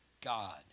God